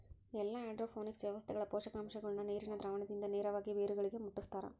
ಎಲ್ಲಾ ಹೈಡ್ರೋಪೋನಿಕ್ಸ್ ವ್ಯವಸ್ಥೆಗಳ ಪೋಷಕಾಂಶಗುಳ್ನ ನೀರಿನ ದ್ರಾವಣದಿಂದ ನೇರವಾಗಿ ಬೇರುಗಳಿಗೆ ಮುಟ್ಟುಸ್ತಾರ